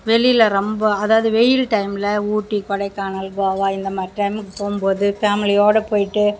வெளியில் ரொம்ப அதாவது வெயில் டைமில் ஊட்டி கொடைக்கானல் கோவா இந்தமாதிரி டைமுக்கு போகும்போது ஃபேமிலியோட போய்ட்டு